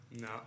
No